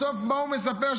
בסוף, מה הוא מספר?